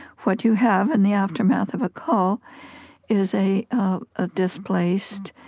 what you have in the aftermath of a cull is a a displaced,